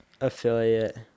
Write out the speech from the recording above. affiliate